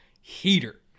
heater